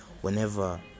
Whenever